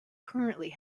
currently